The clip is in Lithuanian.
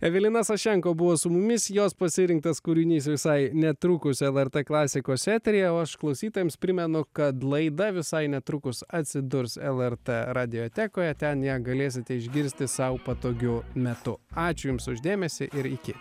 evelina sašenko buvo su mumis jos pasirinktas kūrinys visai netrukus lrt klasikos eteryje o aš klausytojams primenu kad laida visai netrukus atsidurs lrt radiotekoje ten ją galėsite išgirsti sau patogiu metu ačiū jums už dėmesį ir iki